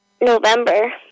November